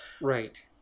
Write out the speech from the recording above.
Right